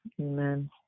Amen